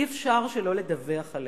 אי-אפשר שלא לדווח עליהם.